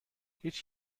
هیچ